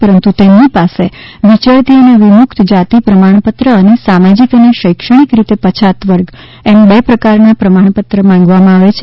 પરંતુ તેમની પાસે વિયરતી અને વિમુક્ત જાતિ પ્રમાણપત્ર અને સામાજીક અને શૈક્ષણિક રીતે પછાત વર્ગ એમ બે પ્રકાર ના પ્રમાણપત્ર માગવામાં આવે છે